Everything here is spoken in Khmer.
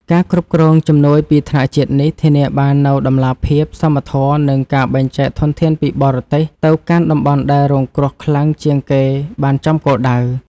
ការគ្រប់គ្រងជំនួយពីថ្នាក់ជាតិនេះ ធានាបាននូវតម្លាភាព សមធម៌ និងការបែងចែកធនធានពីបរទេសទៅកាន់តំបន់ដែលរងគ្រោះខ្លាំងជាងគេបានចំគោលដៅ។